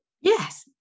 yes